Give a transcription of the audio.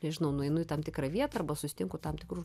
nežinau nueinu į tam tikrą vietą arba susitinku tam tikrų